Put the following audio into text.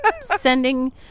sending